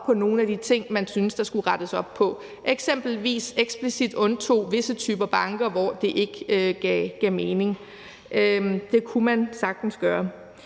på nogle af de ting, man syntes der skulle rettes op på, eksempelvis eksplicit undtog visse typer banker, hvor det ikke gav mening. Det kunne man sagtens gøre.